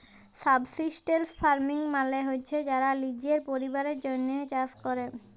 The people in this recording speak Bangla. সাবসিস্টেলস ফার্মিং মালে হছে যারা লিজের পরিবারের জ্যনহে চাষ ক্যরে